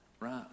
Right